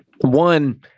One